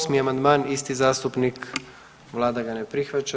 8. amandman isti zastupnik, vlada ga ne prihvaća.